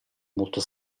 molto